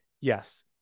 Yes